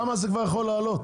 כמה זה כבר יכול לעלות?